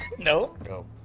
no? no.